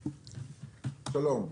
שלום.